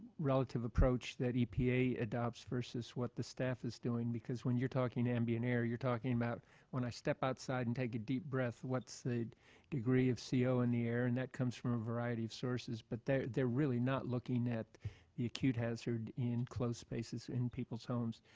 relative approach that epa adapts versus what the staff is doing, because when you're talking ambient air, you're talking about when i step outside and take a deep breath, what's the degree of co ah in the air. and that comes from a variety of sources. but they're they're really not looking at the acute hazard in close spaces and people's homes.